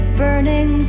burning